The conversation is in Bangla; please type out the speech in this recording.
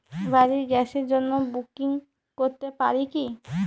বাড়ির গ্যাসের জন্য বুকিং করতে পারি কি?